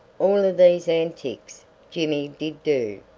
all of these antics jimmy did do,